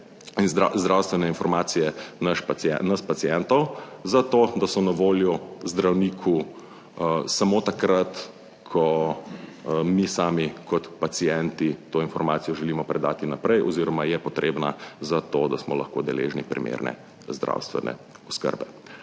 in zdravstvene informacije nas pacientov zato, da so na voljo zdravniku samo takrat, ko mi sami kot pacienti to informacijo želimo predati naprej oziroma je potrebna za to, da smo lahko deležni primerne zdravstvene oskrbe.